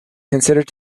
considered